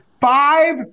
five